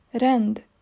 rend